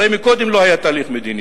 הרי קודם לא היה תהליך מדיני.